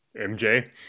MJ